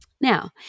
Now